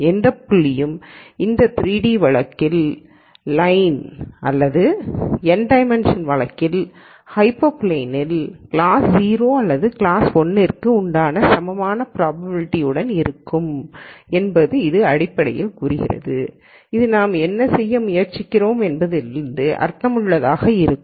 எந்த புள்ளியும் இந்த 2 டி வழக்கில் லைனின் அல்லது n டைமென்ஷன் வழக்கில் ஹைப்பர் பிளேனில் கிளாஸ் 0 அல்லது கிளாஸ் 1 க்கு உண்டான சமமான ப்ராபபிலிட்டி உடன் இருக்கும் என்று இது அடிப்படையில் கூறுகிறது இது நாம் என்ன செய்ய முயற்சிக்கிறோம் என்பதிலிருந்து அர்த்தமுள்ளதாக இருக்கும்